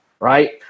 right